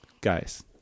guys